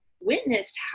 witnessed